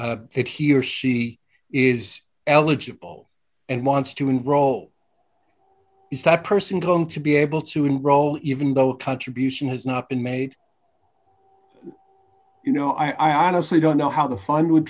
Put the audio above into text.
that he or she is eligible and wants to enroll is that person going to be able to enroll even though a contribution has not been made you know i honestly don't know how the fund would